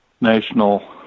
national